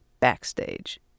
backstage